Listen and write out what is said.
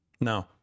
No